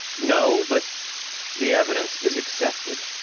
no, but the evidence is accepted.